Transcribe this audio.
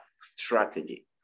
strategy